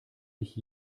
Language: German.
mich